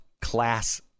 class